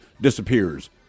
disappears